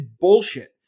bullshit